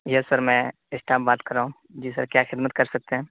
یس sir میں اس time بات کر رہا ہوں جی سر کیا خدمت کر سکتے ہیں